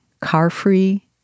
car-free